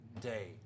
day